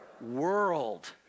world